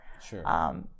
Sure